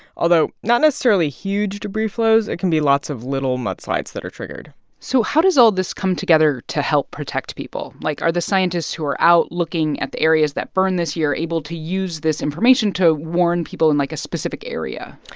although not necessarily huge debris flows. it can be lots of little mudslides that are triggered so how does all this come together to help protect people? like, are the scientists who are out looking at the areas that burned this year able to use this information to warn people in, like, a specific area?